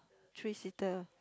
three seater